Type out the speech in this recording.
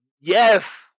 Yes